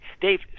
Dave